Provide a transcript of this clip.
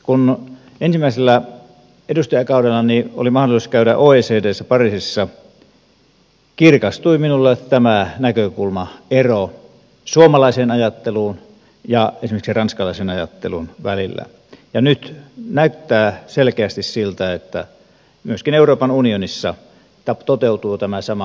kun ensimmäisellä edustajakaudellani oli mahdollisuus käydä oecdssä pariisissa kirkastui minulle tämä näkökulmaero suomalaisen ajattelun ja esimerkiksi ranskalaisen ajattelun välillä ja nyt näyttää selkeästi siltä että myöskin euroopan unionissa toteutuu tämä sama